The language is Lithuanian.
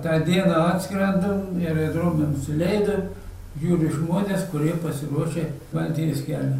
tą dieną atskrendu į aerodrome nusileidu žiūriu žmonės kurie pasiruošę baltijos kelią